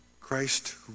Christ